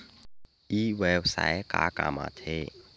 ई व्यवसाय का काम आथे?